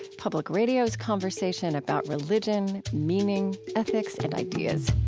public radio's conversation about religion, meaning, ethics and ideas